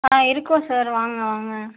ஆ இருக்கோம் சார் வாங்க வாங்க